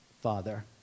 Father